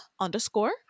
underscore